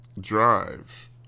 drive